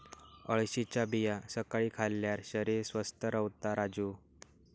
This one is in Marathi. अळशीच्या बिया सकाळी खाल्ल्यार शरीर स्वस्थ रव्हता राजू